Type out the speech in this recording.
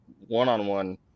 one-on-one